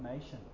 nation